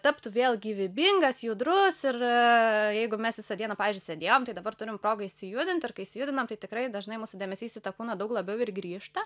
taptų vėl gyvybingas judrus ir jeigu mes visą dieną pavyzdžiui sėdėjom tai dabar turim progą išsijudinti ir kai išsijudinam tai tikrai dažnai mūsų dėmesys į tą kūną daug labiau ir grįžta